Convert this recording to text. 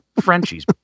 Frenchies